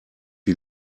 die